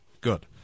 Good